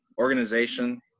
organization